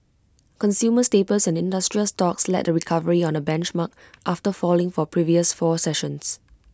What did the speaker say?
consumer staples and industrial stocks led the recovery on the benchmark after falling for previous four sessions